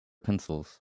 pencils